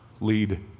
Lead